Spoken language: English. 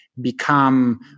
become